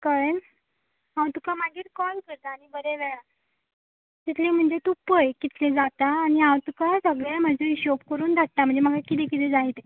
कळ्ळें हांव तुका मागीर कॉल करतां आनी बरें जाया तितले म्हणजे तूं पय कितके जाता आनी हांव तुका सगले म्हाजे हिशोब कोरून धाडटा म्हणजे म्हाका कितें कितें जाय तें